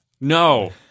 No